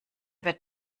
wird